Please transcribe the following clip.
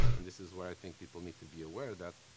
and this is where i think people need to be aware that,